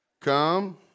come